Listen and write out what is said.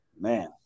man